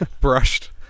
Brushed